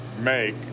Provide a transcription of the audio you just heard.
make